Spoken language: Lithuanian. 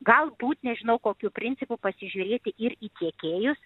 galbūt nežinau kokiu principu pasižiūrėti ir į tiekėjus